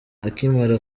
akimara